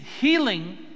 healing